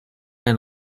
and